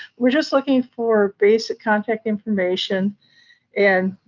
we're just looking for basic contact information and